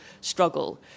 struggle